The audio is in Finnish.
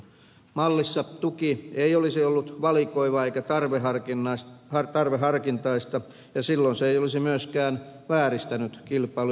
mallissa tuki ei olisi ollut valikoivaa eikä tarveharkintaista ja silloin se ei olisi myöskään vääristänyt kilpailua